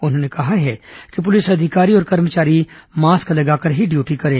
उन्होंने कहा है कि पुलिस अधिकारी और कर्मचारी मास्क लगाकर ही ड्यूटी करें